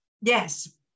yes